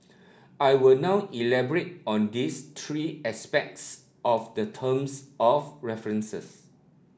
I will now elaborate on these three aspects of the terms of references